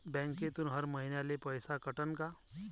बँकेतून हर महिन्याले पैसा कटन का?